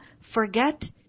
forget